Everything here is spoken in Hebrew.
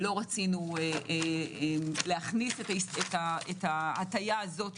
לא רצינו להכניס את ההטיה הזאת,